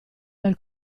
dal